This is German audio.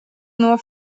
nur